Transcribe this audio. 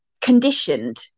conditioned